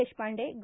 देशपांडे ग